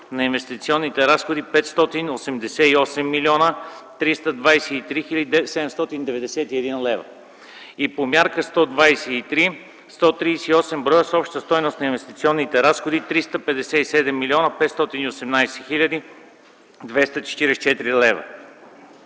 на инвестиционните разходи 588 млн. 323 хил. 791 лв.; - по Мярка 123 – 138 бр. с обща стойност на инвестиционните разходи 357 млн. 518 хил. 244 лв.